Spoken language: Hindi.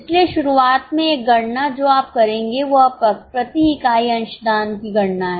इसलिए शुरुआत में एक गणना जो आप करेंगे वह प्रति इकाई अंशदान की गणना है